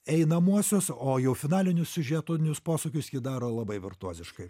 einamosios o jau finalinių siužetų posūkius ji daro labai virtuoziškai